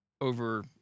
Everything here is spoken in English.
over